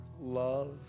love